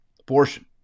abortion